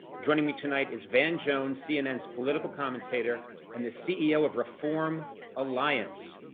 joining me tonight is van jones, cnn's political commentator and the ceo of reform alliance.